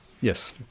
Yes